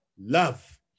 love